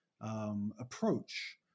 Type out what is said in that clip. approach